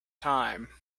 time